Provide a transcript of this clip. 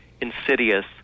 insidious